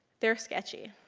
they're sketchy.